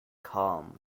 calmed